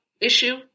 issue